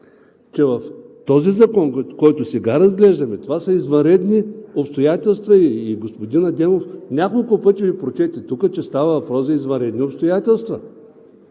че в този законопроект, който сега разглеждаме, това са извънредни обстоятелства. Господин Адемов няколко пъти Ви прочете тук, че става въпрос за извънредни обстоятелства!